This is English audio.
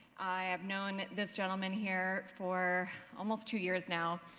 i have known this gentleman here for almost two years now.